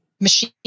machine